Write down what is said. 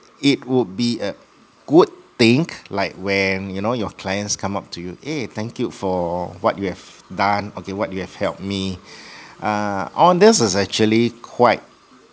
it would be a good thing like when you know your clients come up to you eh thank you for what you have done okay what you have helped me uh all this is actually quite